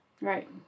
Right